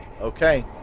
Okay